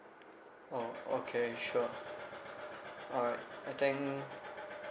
oh okay sure alright I think